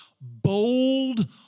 bold